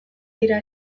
dira